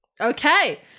Okay